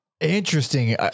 interesting